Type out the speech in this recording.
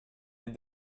est